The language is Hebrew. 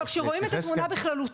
אבל כשרואים את התמונה בכללותה,